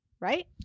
Right